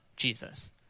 Jesus